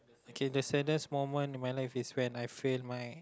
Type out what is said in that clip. okay the saddest moment in my life is when I fail my